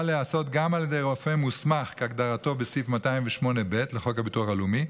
להיעשות גם על ידי רופא מוסמך כהגדרתו בסעיף 208(ב) לחוק הביטוח הלאומי.